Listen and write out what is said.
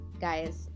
guys